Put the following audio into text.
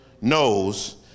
knows